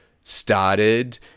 started